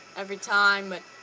every time but